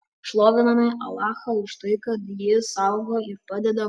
šloviname alachą už tai kad jis saugo ir padeda